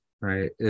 Right